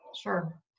Sure